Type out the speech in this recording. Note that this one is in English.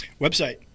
Website